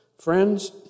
Friends